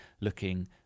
looking